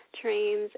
trains